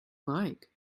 like